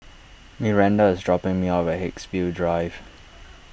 Myranda is dropping me off at Haigsville Drive